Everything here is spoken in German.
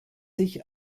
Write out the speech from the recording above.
sich